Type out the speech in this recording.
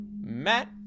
matt